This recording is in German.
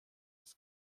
das